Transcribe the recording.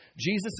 Jesus